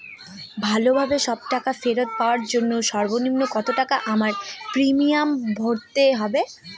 ভালোভাবে সব টাকা ফেরত পাওয়ার জন্য সর্বনিম্ন কতটাকা আমায় প্রিমিয়াম ভরতে হবে?